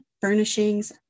Furnishings